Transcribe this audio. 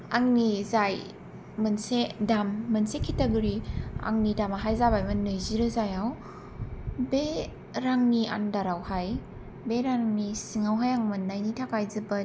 आंनि जाय मोनसे दाम मोनसे केटागोरि आंनि दामावहाय जाबायमोन नैजि रोजायाव बे रांनि आन्डारावहाय बे रांनि सिङावहाय आं मोन्नायनि थाखाय आं जोबोर